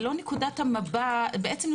בעצם,